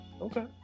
Okay